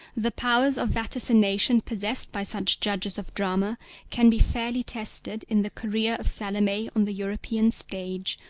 the powers of vaticination possessed by such judges of drama can be fairly tested in the career of salome on the european stage,